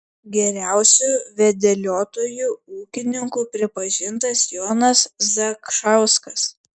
geriausiu vadeliotoju ūkininku pripažintas jonas zakšauskas